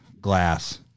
glass